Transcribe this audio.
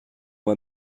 moi